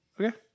Okay